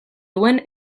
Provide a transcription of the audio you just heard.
duen